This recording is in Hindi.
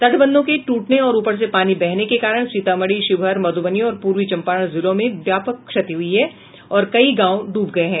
तटबंधों के टूटने और ऊपर से पानी बहने के कारण सीतामढ़ी शिवहर मधुबनी और पूर्वी चंपारण जिले में व्यापक क्षति हुई है और कई गांव डूब गये हैं